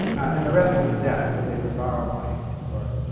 and the rest was debt that they would borrow money for.